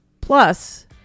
Plus